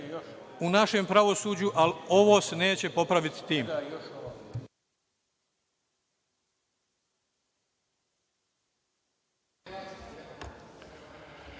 u našem pravosuđu, ali ovo se neće popraviti tim.